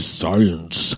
science